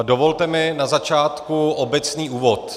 Dovolte mi na začátku obecný úvod.